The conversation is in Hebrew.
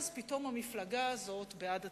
אז פתאום המפלגה הזאת בעד התקציב.